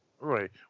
Right